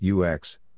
UX